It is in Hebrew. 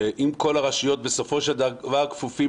שאם כל הרשויות בסופו של דבר כפופות